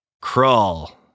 Crawl